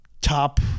top